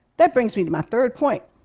that brings me to my third point